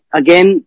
again